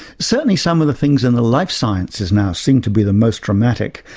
certainly some of the things in the life sciences now seem to be the most dramatic.